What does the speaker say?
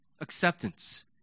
acceptance